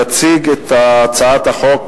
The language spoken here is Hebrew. יציג את הצעת החוק,